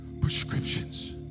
prescriptions